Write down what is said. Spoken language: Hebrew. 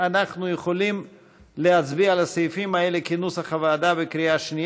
דוד ביטן, מיקי לוי,